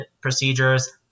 procedures